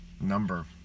number